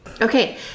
Okay